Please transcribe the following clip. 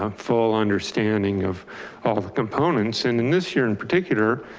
um full understanding of all the components. and in this year in particular,